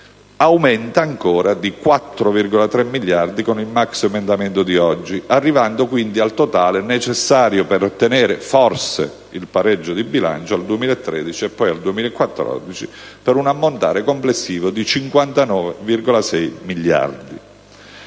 aumenta - ancora - di 4,3 miliardi con il maxiemendamento di oggi, arrivando quindi al totale necessario per ottenere - forse - il pareggio di bilancio nel 2013 e nel 2014, per un ammontare complessivo di 59,6 miliardi.